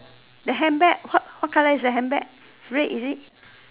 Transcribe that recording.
the handbag what what color is the handbag red is it